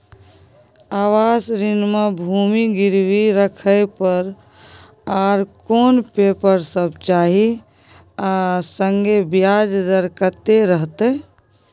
आवास ऋण म भूमि गिरवी राखै पर आर कोन पेपर सब चाही आ संगे ब्याज दर कत्ते रहते?